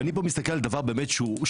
ואני פה מסתכל על דבר שהוא באמת הזוי.